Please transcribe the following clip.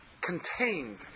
contained